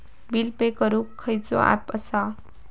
Bill pay करूक खैचो app असा?